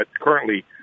currently